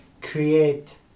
create